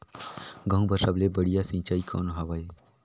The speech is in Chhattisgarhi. गहूं बर सबले बढ़िया सिंचाई कौन हवय?